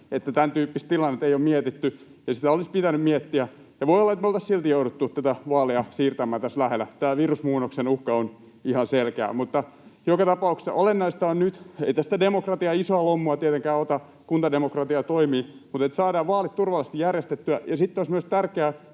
että tämäntyyppistä tilannetta ei ole mietitty, ja sitä olisi pitänyt miettiä, ja voi olla, että me oltaisiin silti jouduttu näitä vaaleja siirtämään tässä lähellä. Tämä virusmuunnoksen uhka on ihan selkeää. Mutta joka tapauksessa olennaista on nyt — ei tästä demokratia isoa lommoa tietenkään ota, [Perussuomalaisten ryhmästä: Ottaa!] kuntademokratia toimii — että saadaan vaalit turvallisesti järjestettyä. Ja sitten olisi myös tärkeää